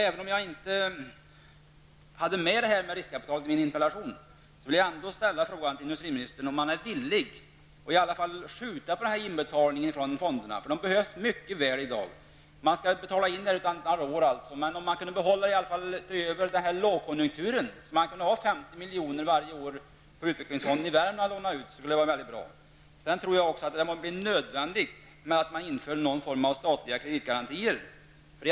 Även om jag inte hade med det här med riskkapitalet i min interpellation, vill jag ändå ställa frågan till industriministern om han är villig att i varje fall skjuta på inbetalningarna från fonderna, för pengarna behövs mycket väl i dag. Man skall betala in allt vad man rår, men om utvecklingsfonden i Värmland i varje fall under långkonjunkturen kunde ha 50 milj.kr. att låna ut varje år, vore det väldigt bra. Sedan tror jag också att det lär bli nödvändigt att införa någon form av statliga kreditgarantier.